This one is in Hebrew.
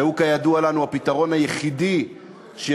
שהוא, כידוע לנו, הפתרון היחיד שיבטיח